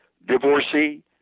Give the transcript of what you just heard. Divorcee